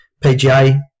pga